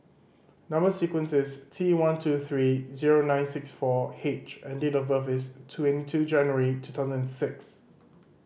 number sequence is T one two three zero nine six four H and date of birth is twenty two January two thousand and six